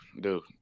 Dude